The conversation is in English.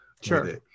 Sure